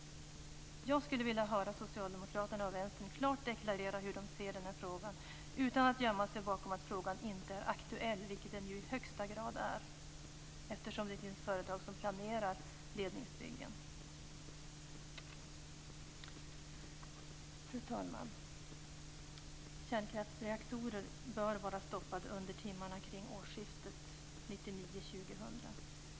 Jag skulle vilja höra Socialdemokraterna och Vänstern klart deklarera hur de ser på den här frågan utan att gömma sig bakom att frågan inte är aktuell, vilket den i högsta grad är, eftersom det finns företag som planerar ledningsbyggen. Fru talman! Kärnkraftsreaktorerna bör stoppas under timmarna kring årsskiftet 1999/2000.